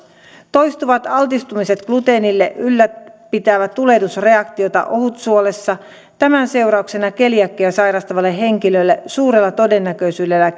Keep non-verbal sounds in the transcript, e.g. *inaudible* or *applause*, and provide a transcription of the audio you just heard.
toistuvat altistumiset gluteenille ylläpitävät tulehdusreaktiota ohutsuolessa tämän seurauksena keliakiaa sairastavalle henkilölle suurella todennäköisyydellä *unintelligible*